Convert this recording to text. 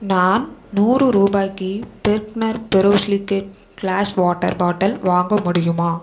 நான் நூறு ரூபாய்க்கு Bergner borosilicate glass water bottle வாங்க முடியுமா